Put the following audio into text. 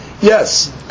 Yes